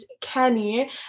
Kenny